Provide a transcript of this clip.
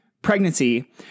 Pregnancy